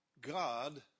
God